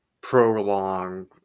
prolong